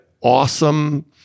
awesome